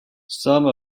some